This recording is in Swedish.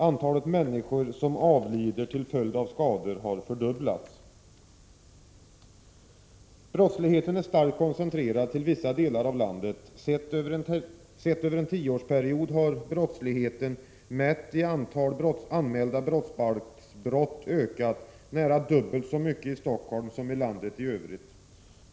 Antalet människor som avlider till följd av skador har fördubblats. Brottsligheten är starkt koncentrerad till vissa delar av landet. Sett över en tioårsperiod har brottsligheten mätt i antal anmälda brottsbalksbrott ökat nära dubbelt så mycket i Stockholm som i landet i övrigt.